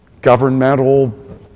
governmental